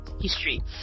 history